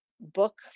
book